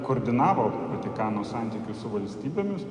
koordinavo vatikano santykius su valstybėmis